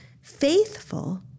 faithful